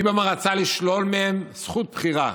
ליברמן רצה לשלול מהם זכות בחירה.